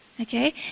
okay